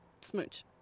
smooch